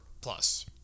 Plus